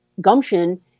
gumption